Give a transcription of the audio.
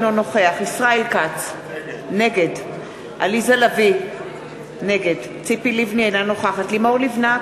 אינו נוכח ציפי לבני, אינה נוכחת לימור לבנת,